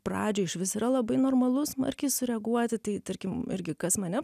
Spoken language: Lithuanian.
pradžioj išvis yra labai normalu smarkiai sureaguoti tai tarkim irgi kas mane